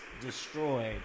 destroyed